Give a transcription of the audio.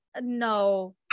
No